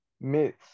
myths